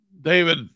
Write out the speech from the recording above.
David